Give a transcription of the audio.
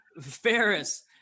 Ferris